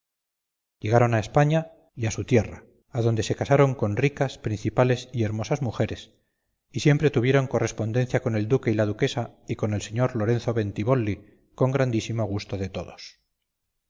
llegaron a españa y a su tierra adonde se casaron con ricas principales y hermosas mujeres y siempre tuvieron correspondencia con el duque y la duquesa y con el señor lorenzo bentibolli con grandísimo gusto de todos